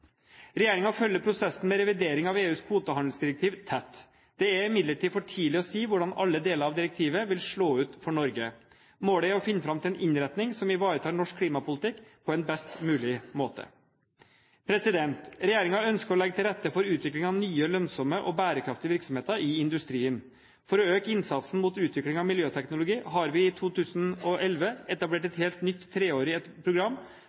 følger prosessen med revidering av EUs kvotehandelsdirektiv tett. Det er imidlertid for tidlig å si hvordan alle deler av direktivet vil slå ut for Norge. Målet er å finne fram til en innretning som ivaretar norsk klimapolitikk på en best mulig måte. Regjeringen ønsker å legge til rette for utvikling av nye, lønnsomme og bærekraftige virksomheter i industrien. For å øke innsatsen mot utvikling av miljøteknologi har vi i 2011 etablert